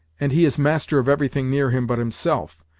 and he is master of everything near him but himself.